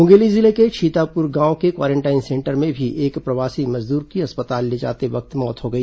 मुंगेली जिले के छीतापुर गांव के क्वारेंटाइन सेंटर में भी एक प्रवासी मजदूर की अस्पताल ले जाते वक्त मौत हो गई